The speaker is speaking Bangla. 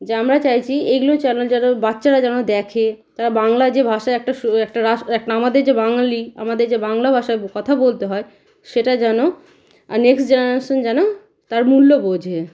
যা আমরা চাইছি এইগুলো চ্যানেল যেন বাচ্চারা যেন দেখে তারা বাংলা যে ভাষায় একটা একটা একটা আমাদের যে বাঙালি আমাদের যে বাংলা ভাষায় কথা বলতে হয় সেটা যেন আর নেক্সট জেনারেশন যেন তার মূল্য বোঝে